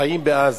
חיים בעזה.